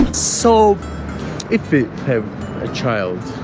so if we have a child.